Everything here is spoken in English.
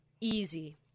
easy